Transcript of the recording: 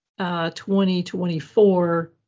2024